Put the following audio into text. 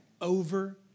over